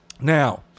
Now